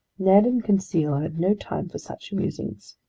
ned and conseil had no time for such musings.